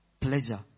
Pleasure